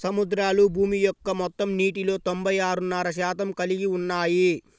సముద్రాలు భూమి యొక్క మొత్తం నీటిలో తొంభై ఆరున్నర శాతం కలిగి ఉన్నాయి